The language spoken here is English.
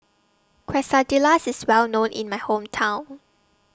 Quesadillas IS Well known in My Hometown